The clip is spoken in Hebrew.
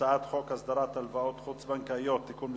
הצעת חוק הסדרת הלוואות חוץ בנקאיות (תיקון מס'